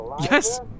Yes